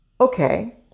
Okay